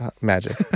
magic